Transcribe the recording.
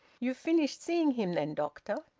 you've finished seeing him then, doctor?